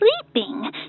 sleeping